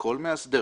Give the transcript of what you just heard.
כל מאסדר